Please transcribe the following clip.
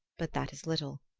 but that is little.